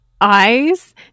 eyes